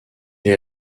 est